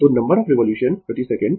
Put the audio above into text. तो number of revolution प्रति second